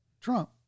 Trump